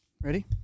Ready